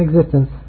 existence